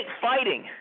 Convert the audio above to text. fighting